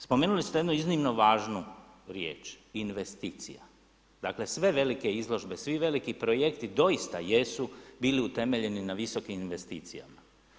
Spomenuli ste jednu iznimno važnu riječ investicija, dakle sve velike izložbe, svi veliki projekti doista jesu bili utemeljeni na visokim investicijama.